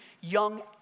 young